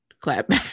clap